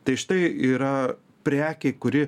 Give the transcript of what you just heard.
tai štai yra prekė kuri